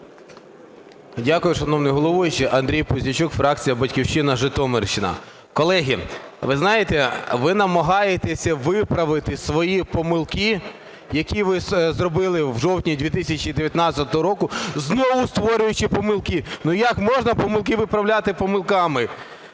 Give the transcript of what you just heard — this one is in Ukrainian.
Дякую, шановний головуючий. Андрій Пузійчук, фракція "Батьківщина", Житомирщина. Колеги, ви знаєте, ви намагаєтесь виправити свої помилки, які ви зробили у жовтні 2019 року, знову створюючи помилки. Ну, як можна помилки виправляти помилками?